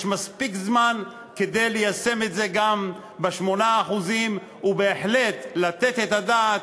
יש מספיק זמן ליישם את זה גם לגבי ה-8% ובהחלט לתת את הדעת,